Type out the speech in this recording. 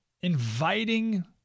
inviting